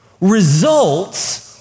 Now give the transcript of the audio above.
results